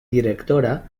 directora